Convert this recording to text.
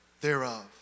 thereof